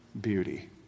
beauty